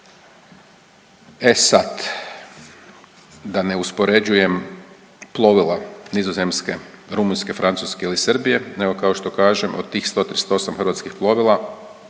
E sad, da ne uspoređujem plovila Nizozemske, Rumunjske, Francuske ili Srbije, nego kao što kažem od tih 138 hrvatskih plovila,